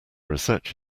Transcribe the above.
research